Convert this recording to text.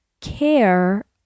care